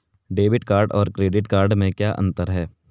Debit card और credit card में क्या अंतर है?